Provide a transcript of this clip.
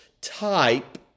type